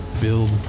Build